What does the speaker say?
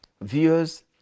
Viewers